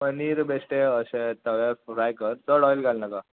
पनीर बेश्टे अशें तव्यार फ्राय कर चड ऑयल घाल नाका